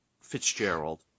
Fitzgerald